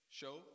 show